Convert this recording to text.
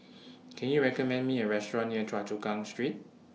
Can YOU recommend Me A Restaurant near Choa Chu Kang Street